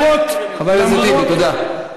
תודה.